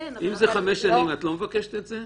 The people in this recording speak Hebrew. אם זה חמש שנים את לא מבקשת את זה?